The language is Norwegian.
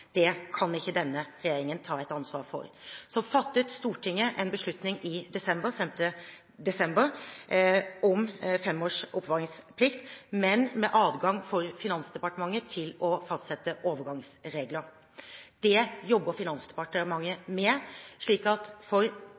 Det kan ikke denne regjeringen ta ansvar for. Stortinget fattet 5. desember en beslutning om fem års oppbevaringsplikt, men med adgang for Finansdepartementet til å fastsette overgangsregler. Det jobber Finansdepartementet med. For en god del dokumenter er femårsplikten innført. For